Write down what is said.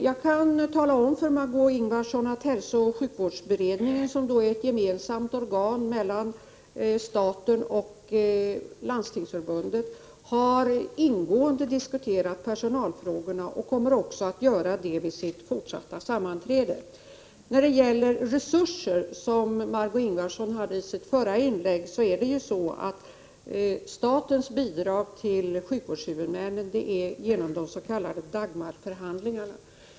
Jag kan tala om för Margö Ingvardsson att hälsooch sjukvårdsberedningen, som är ett organ som är gemensamt för staten och Landstingsförbundet, ingående har diskuterat personalfrågorna och kommer att göra det också vid nästa fortsatta sammanträde. Statens bidrag till sjukvårdshuvudmännen går genom de s.k. Dagmarförhandlingarna.